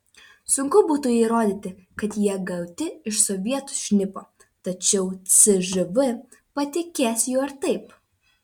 sunku būtų įrodyti kad jie gauti iš sovietų šnipo tačiau cžv patikės juo ir taip